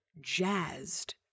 Jazzed